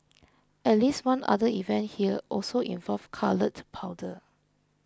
at least one other event here also involved coloured powder